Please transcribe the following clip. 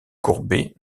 courbet